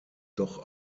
doch